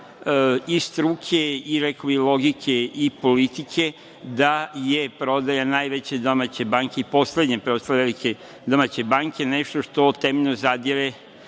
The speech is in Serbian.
i struke i rekao bih logike i politike da je prodaja najveće domaće banke, poslednje preostale velike domaće banke, nešto što temeljno zadire